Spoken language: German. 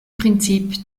prinzip